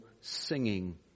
singing